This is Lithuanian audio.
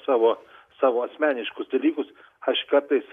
savo savo asmeniškus dalykus aš kartais